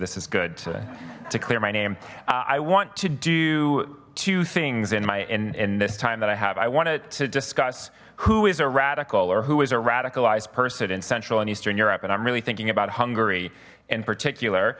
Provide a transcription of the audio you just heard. this is good to clear my name i want to do two things in my in this time that i have i wanted to discuss who is a radical or who is a radicalized person in central and eastern europe and i'm really thinking about hungary in